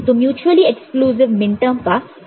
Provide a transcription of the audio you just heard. तो mutually exclusive minterm का क्या मतलब है